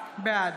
בעד